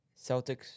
Celtics